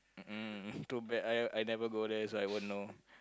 mm too bad I I never go there so I won't know